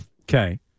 okay